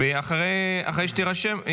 תודה רבה, אדוני היושב-ראש, אני אמשיך.